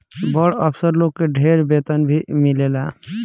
बड़ अफसर लोग के ढेर वेतन भी मिलेला